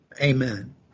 Amen